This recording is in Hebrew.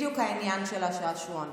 בדיוק העניין של השעשועון.